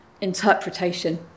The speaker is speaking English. interpretation